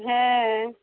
হ্যাঁ